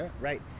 Right